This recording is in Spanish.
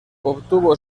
obtuvo